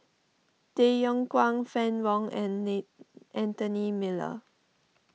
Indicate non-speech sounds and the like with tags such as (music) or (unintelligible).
Tay Yong Kwang Fann Wong and (unintelligible) Anthony Miller